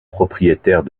propriétaire